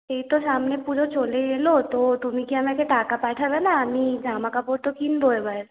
এই তো সামনে পুজো চলেই এলো তো তুমি কি আমাকে টাকা পাঠাবে না আমি জামাকাপড় তো কিনব এবার